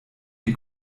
die